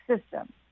system